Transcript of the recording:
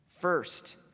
First